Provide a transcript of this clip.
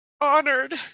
honored